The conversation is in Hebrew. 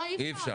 אי אפשר.